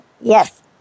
Yes